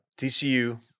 TCU